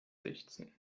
sechtzehn